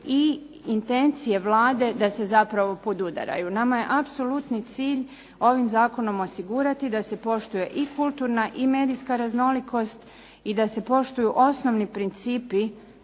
i intencije Vlade da se zapravo podudaraju. Nama je apsolutni cilj ovim zakonom osigurati da se poštuje i kulturna i medijska raznolikost i da se poštuju osnovni principi